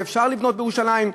אפשר לבנות בירושלים,